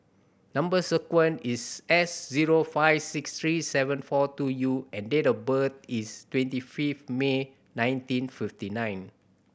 number sequence is S zero five six three seven four two U and date of birth is twenty fifth May nineteen fifty nine